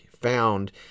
found